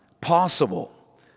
possible